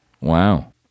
Wow